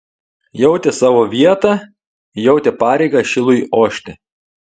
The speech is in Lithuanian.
jautė savo vietą jautė pareigą šilui ošti